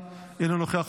אינו נוכח,